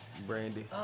Brandy